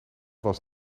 was